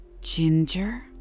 Ginger